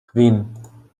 kvin